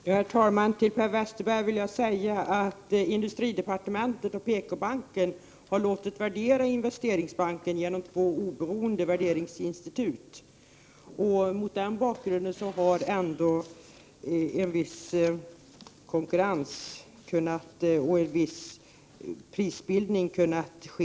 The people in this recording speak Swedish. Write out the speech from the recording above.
Herr talman! Till Per Westerberg vill jag säga att industridepartementet och PKbanken låtit värdera Investeringsbanken genom två oberoende värderingsinstitut. På det sättet har man ändå åstadkommit en viss konkurrens så att en prisbildning kunnat ske.